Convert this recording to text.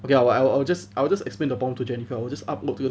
okay lah I'll I'll just I will just explain the bomb to jennifer 我 just upload to